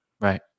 right